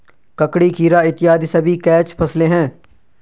ककड़ी, खीरा इत्यादि सभी कैच फसलें हैं